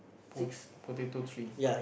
po~ potato tree